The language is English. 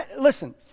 Listen